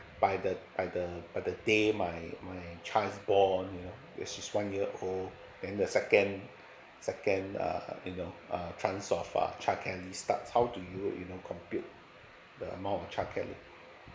by the by the by the day my my child has born you know when he's one year old then the second second uh you know uh chance of childcare leave start how do you you know to compute the amount of childcare leave